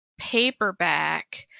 paperback